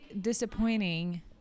disappointing